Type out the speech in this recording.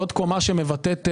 היא מבטאת צמיחה.